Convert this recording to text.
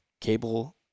cable